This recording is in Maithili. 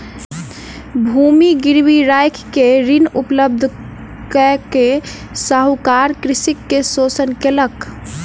भूमि गिरवी राइख के ऋण उपलब्ध कय के साहूकार कृषक के शोषण केलक